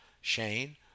Shane